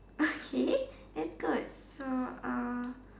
okay that's good so uh